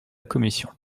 commission